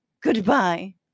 Goodbye